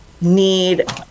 need